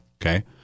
Okay